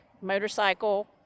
motorcycle